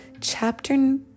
Chapter